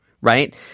right